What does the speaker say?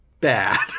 bad